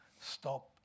stop